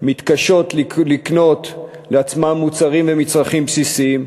מתקשות לקנות לעצמן מוצרים ומצרכים בסיסיים,